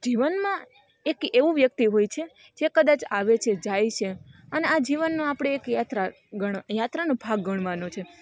જીવનમાં એક એવું વ્યક્તિ હોય છે જે કદાચ આવે છે જાય છે અને આ જીવનનો આપણે એક યાત્રા ગણ યાત્રાનો ભાગ ગણવાનો છે